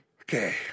Okay